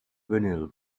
vinyl